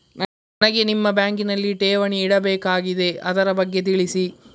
ನನಗೆ ನಿಮ್ಮ ಬ್ಯಾಂಕಿನಲ್ಲಿ ಠೇವಣಿ ಇಡಬೇಕಾಗಿದೆ, ಅದರ ಬಗ್ಗೆ ತಿಳಿಸಿ